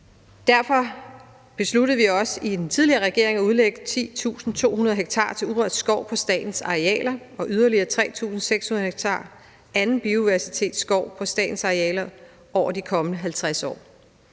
Derfor besluttede vi også i den tidligere regering at udlægge 10.200 ha til urørt skov på statens arealer og yderligere 3.600 ha til anden biodiversitetsskov på statens arealer over de kommende 50 år.